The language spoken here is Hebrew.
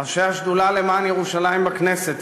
ראשי השדולה למען ירושלים בכנסת,